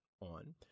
on